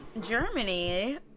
Germany